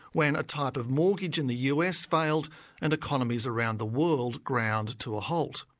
when a type of mortgage in the us failed and economies around the world ground to a halt.